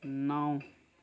नौ